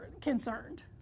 concerned